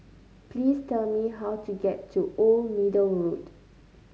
please tell me how to get to Old Middle Road